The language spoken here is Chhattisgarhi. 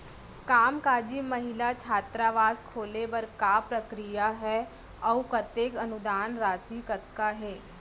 कामकाजी महिला छात्रावास खोले बर का प्रक्रिया ह अऊ कतेक अनुदान राशि कतका हे?